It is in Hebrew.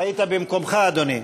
היית במקומך, אדוני?